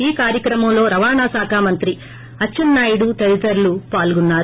ఈ కార్యక్రమంలో రవాణా శాఖ మంత్రి అచ్చెన్నా యుడు తదితరులు పాల్గొన్నారు